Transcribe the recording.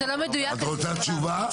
את רוצה תשובה?